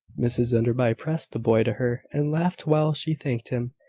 mrs enderby pressed the boy to her, and laughed while she thanked him,